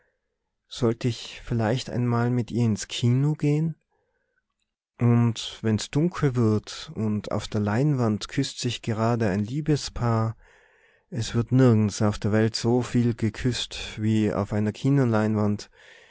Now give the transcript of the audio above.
soll ich vielleicht einmal mit ihr ins kino gehen und wenn's dunkel wird und auf der leinwand küßt sich gerade ein liebespaar es wird nirgends auf der welt so viel geküßt wie auf einer